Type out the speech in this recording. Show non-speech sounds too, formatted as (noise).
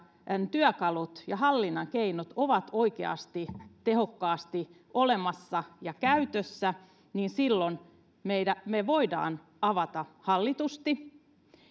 työkalut ja hallinnan keinot ovat oikeasti tehokkaasti olemassa ja käytössä niin silloin me voimme avata hallitusti (unintelligible)